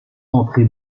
entré